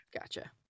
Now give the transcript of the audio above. Gotcha